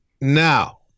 Now